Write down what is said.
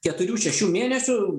keturių šešių mėnesių